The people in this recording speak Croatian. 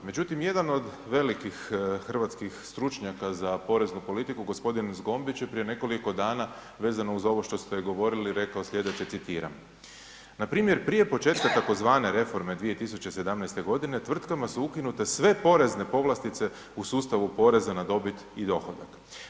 Međutim, jedan od velikih hrvatskih stručnjaka za poreznu politiku gospodin Zgombić je prijem nekoliko dana, vezano uz ovo što ste govorili rekao slijedeće, citiram: Npr. prije početka tzv. reforme 2017. godine tvrtkama su ukinute sve porezne povlastice u sustavu poreza na dobit i dohodak.